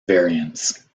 variants